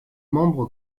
membre